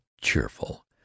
cheerful